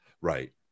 Right